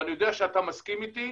ואני יודע שאתה מסכים איתי,